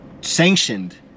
sanctioned